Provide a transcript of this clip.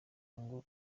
ngo